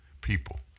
people